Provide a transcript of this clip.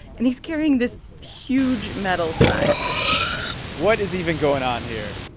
and he's carrying this huge metal sign what is even going on here?